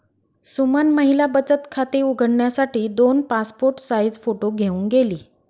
सुमन महिला बचत खाते उघडण्यासाठी दोन पासपोर्ट साइज फोटो घेऊन गेली